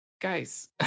guys